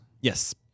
Yes